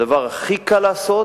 הדבר הכי קל לעשות